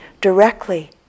directly